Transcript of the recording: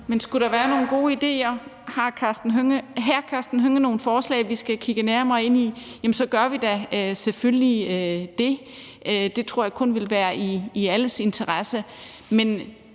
Men skulle der være nogle gode idéer, og har hr. Karsten Hønge nogle forslag, vi skal kigge nærmere på, så kigger vi da selvfølgelig på dem. Det tror jeg kun vil være i alles interesse.